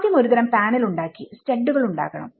ആദ്യം ഒരുതരം പാനൽ ഉണ്ടാക്കി സ്റ്റഡുകൾ ഉണ്ടാക്കണം